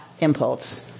impulse